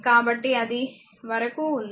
కాబట్టి అది వరకు ఉంది